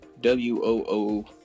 W-O-O